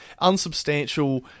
unsubstantial